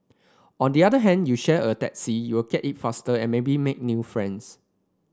on the other hand you share a taxi you get it faster and maybe make new friends